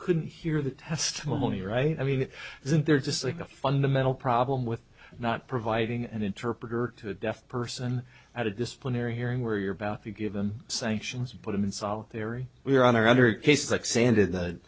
couldn't hear the testimony right i mean isn't there just like a fundamental problem with not providing an interpreter to a deaf person at a disciplinary hearing where you're about to give him sanctions put him in solitary we're on our other cases like sand in th